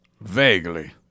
Vaguely